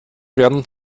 werden